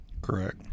correct